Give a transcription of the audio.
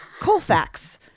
Colfax